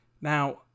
Now